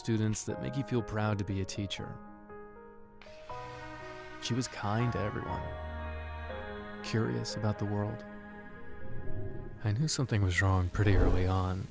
students that make you feel proud to be a teacher she was kind of curious about the world i knew something was wrong pretty early on